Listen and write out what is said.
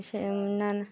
সে উন্নয়ন